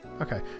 Okay